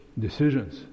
decisions